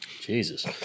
Jesus